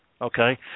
okay